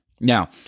Now